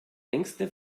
längste